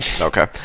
Okay